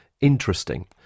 interesting